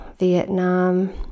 Vietnam